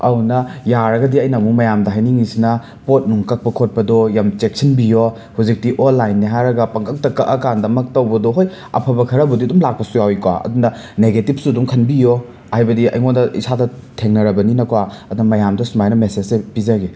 ꯑꯧꯅ ꯌꯥꯔꯒꯗꯤ ꯑꯩꯅ ꯑꯃꯨꯛ ꯃꯌꯥꯝꯗ ꯍꯥꯏꯅꯤꯡꯉꯤꯁꯤꯅ ꯄꯣꯠ ꯅꯨꯡ ꯀꯛꯄ ꯈꯣꯠꯄꯗꯣ ꯌꯥꯝ ꯆꯦꯛꯁꯤꯟꯕꯤꯌꯣ ꯍꯨꯖꯤꯛꯇꯤ ꯑꯣꯟꯂꯥꯏꯟꯅꯤ ꯍꯥꯏꯔꯒ ꯄꯪꯀꯛꯇ ꯀꯛꯑꯀꯥꯟꯗꯃꯛ ꯇꯧꯕꯗꯣ ꯍꯣꯏ ꯑꯐꯕ ꯈꯔꯕꯨꯗꯤ ꯑꯗꯨꯝ ꯂꯥꯛꯄꯁꯨ ꯌꯥꯎꯏꯀꯣ ꯑꯗꯨꯅ ꯅꯦꯒꯦꯇꯤꯕꯁꯨ ꯑꯗꯨꯝ ꯈꯟꯕꯤꯌꯣ ꯍꯥꯏꯕꯗꯤ ꯑꯩꯉꯣꯟꯗ ꯏꯁꯥꯗ ꯊꯦꯡꯅꯔꯕꯅꯤꯅꯀꯣ ꯑꯗꯣ ꯃꯌꯥꯝꯗ ꯁꯨꯃꯥꯏꯅ ꯃꯦꯁꯦꯁꯁꯦ ꯄꯤꯖꯒꯦ